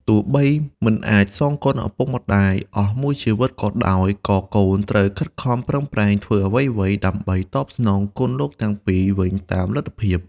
ទោះបីមិនអាចសងគុណឪពុកម្ដាយអស់មួយជីវិតក៏ដោយ ក៏កូនត្រូវខិតខំប្រឹងប្រែងធ្វើអ្វីៗដើម្បីតបស្នងគុណលោកទាំងពីរវិញតាមលទ្ធភាព។